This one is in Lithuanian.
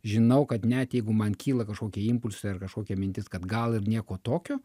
žinau kad net jeigu man kyla kažkokie impulsai ar kažkokia mintis kad gal ir nieko tokio